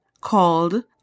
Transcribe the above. called